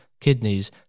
kidneys